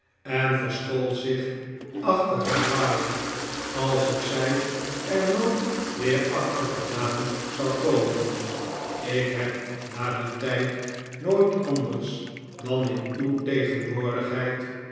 en verschool zich achter haar waaier alsof zij er nooit weer achter vandaan zou komen ik heb na dien tijd nooit anders dan in uw tegenwoordigheid